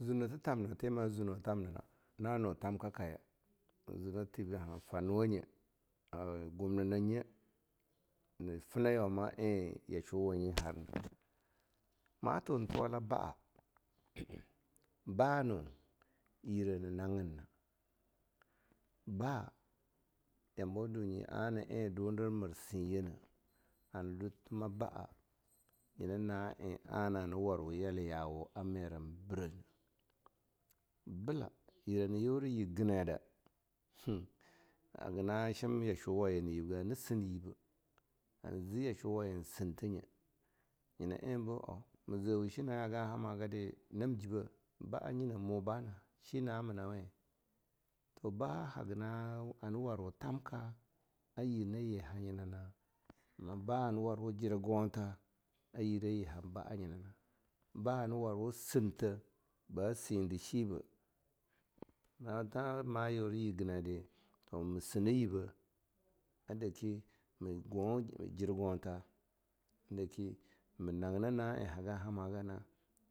Zunata thamna ti ma zuni thamnina na nuih thamka-kaye, zunattibi han farnuwa nye ah gumnina nye na fina yauma eh yasuwa nye harna. ma tun tuiwakka ba'ah ba'ah nuh yireh hana haggin na, ba'ah yambawa dunye ana eh dundir mir siye nah hana dwa tumah ba'ah nyina na eh ana hama warwu yalayawa a mira birah nah. Blah, yreh naha yura yir ginai da hm haga na shim yashuluwayi na yib geh, hana sin yibe, hama zi yashwuwayi sinte nye, nyina eh bi au ma zewuh shina eh hagin hama gade nam jibeh, ba'ah niyineh, mu bana? shina ah mina weh? toh ba'ah haga nan, hana warwu thamka a yirna yi hayina na ba'ah hana warwu jirgonta a yirnayi han ba'ah nyina na, ba'ah hana warwu sinteh, ba sindi shibeh. Toh ma yura yiginai di toh ma sineh yibeh a daki mu gwawah jirgonta, daki mu haggina na eh haggin hama gana,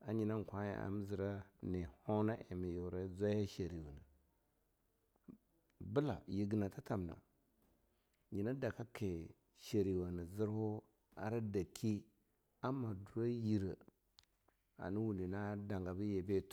a nyina kwah eh am zira ne hona eh ma yura zwaya shariwoh nah. Blah yiginata tamna na nyina daka ki shariwoh hana zirwa ara daki ama dura yireh hana wundi na danga.